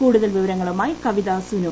കൂടുതൽ വിവരങ്ങളുമായി കവിത സുനു